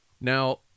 Now